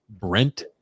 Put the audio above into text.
Brent